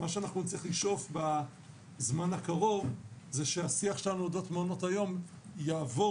מה שנצטרך לשאוף בזמן הקרוב זה שהשיח שלנו אודות מעונות היום יעבור